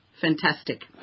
Fantastic